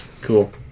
cool